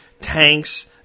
Tanks